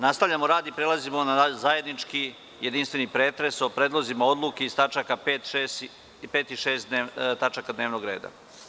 Nastavljamo rad i prelazimo na zajednički jedinstveni pretres o predlozima odluka iz tačaka 5. i 6. dnevnog reda.